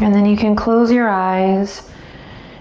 and then you can close your eyes